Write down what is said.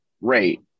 rate